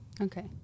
Okay